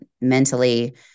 mentally